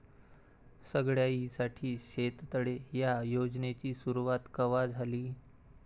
सगळ्याइसाठी शेततळे ह्या योजनेची सुरुवात कवा झाली?